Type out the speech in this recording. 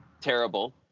terrible